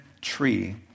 tree